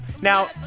Now